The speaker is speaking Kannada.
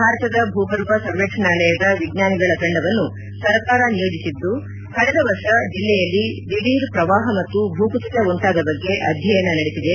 ಭಾರತದ ಭೂಗರ್ಭ ಸರ್ವೇಕ್ಷಣಾಲಯದ ವಿಜ್ಞಾನಿಗಳ ತಂಡವನ್ನು ಸರ್ಕಾರ ನಿಯೋಜಿಸಿದ್ದು ಕಳೆದ ವರ್ಷ ಜಿಲ್ಲೆಯಲ್ಲಿ ದಿಢೀರ್ ಪ್ರವಾಹ ಮತ್ತು ಭೂಕುಸಿತ ಉಂಟಾದ ಬಗ್ಗೆ ಅಧ್ಯಯನ ನಡೆಸಿದೆ